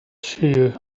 she